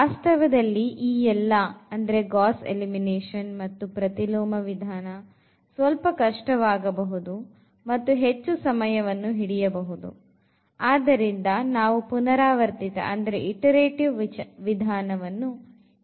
ವಾಸ್ತವದಲ್ಲಿ ಈ ಎಲ್ಲಾ ಅಂದರೆ ಗಾಸ್ ಎಲಿಮಿನೇಷನ್ ಮತ್ತು ಪ್ರತಿಲೋಮ ವಿಧಾನ ಸ್ವಲ್ಪ ಕಷ್ಟವಾಗಬಹುದು ಮತ್ತು ಹೆಚ್ಚು ಸಮಯವನ್ನು ಹಿಡಿಯಬಹುದು ಆದ್ದರಿಂದ ನಾವು ಪುನರಾವರ್ತಿತ ವಿಧಾನವನ್ನು ಹೆಚ್ಚು ಬಳಸಲಿದ್ದೇವೆ